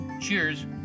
Cheers